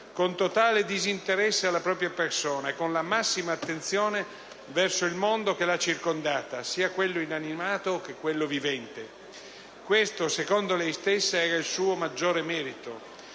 con totale disinteresse alla propria persona e con la massima attenzione verso il mondo che l'ha circondata, sia quello inanimato che quello vivente. Questo, secondo lei stessa, era il suo maggiore merito.